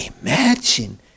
imagine